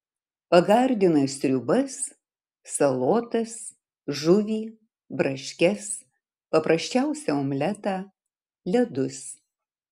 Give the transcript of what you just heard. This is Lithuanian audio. pagardina sriubas salotas žuvį braškes paprasčiausią omletą ledus